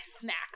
snacks